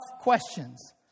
questions